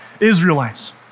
Israelites